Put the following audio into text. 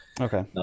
Okay